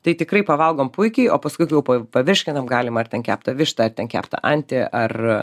tai tikrai pavalgom puikiai o paskui jau po pavirškinam galima ar ten keptą vištą ar ten keptą antį ar